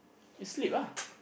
sleep lah